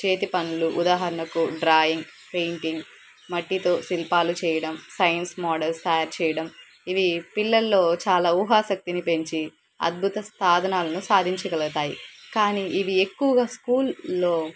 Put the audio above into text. చేతి పనులు ఉదాహరణకు డ్రాయింగ్ పెయింటింగ్ మట్టితో శిల్పాలు చేయడం సైన్స్ మోడల్స్ తయారు చేయడం ఇవి పిల్లల్లో చాలా ఊహాశక్తిని పెంచి అద్భుత సాధనాలను సాధించగలుగుతాయి కానీ ఇవి ఎక్కువగా స్కూల్లో